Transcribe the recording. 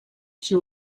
she